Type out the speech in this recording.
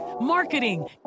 marketing